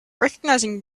recognizing